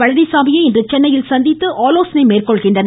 பழனிசாமியை இன்று சென்னையில் சந்தித்து ஆலோசனை மேற்கொள்கின்றனர்